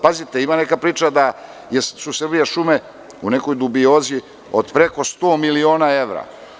Pazite, ima neka priča da su „Srbijašume“ u nekoj dubiozi od preko 100 miliona evra.